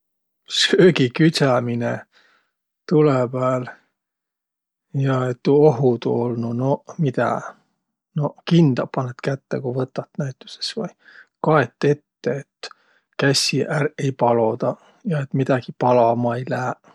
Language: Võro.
Söögiküdsämine tulõ pääl ja et tuu ohudu olnuq? Noq, midä? Noq, kinda panõt kätte, ku võtat näütüses, vai kaet ette, et kässi ärq ei palodaq ja et midägi palama ei lääq.